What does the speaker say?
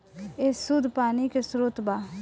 ए शुद्ध पानी के स्रोत बा